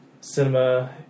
cinema